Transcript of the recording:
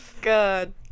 Good